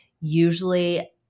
Usually